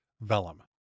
Vellum